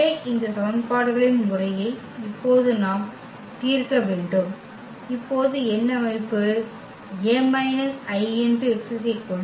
எனவே இந்த சமன்பாடுகளின் முறையை இப்போது நாம் தீர்க்க வேண்டும் இப்போது என்ன அமைப்பு x 0